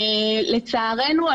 לצערנו,